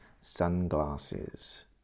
sunglasses